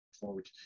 forward